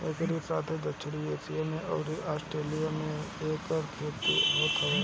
एकरी साथे दक्षिण एशिया अउरी आस्ट्रेलिया में भी एकर खेती होत हवे